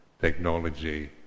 technology